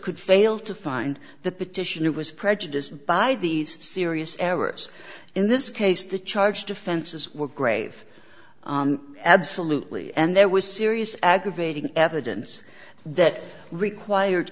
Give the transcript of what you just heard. could fail to find the petitioner was prejudiced by these serious errors in this case the charged offenses were grave absolutely and there was serious aggravating evidence that required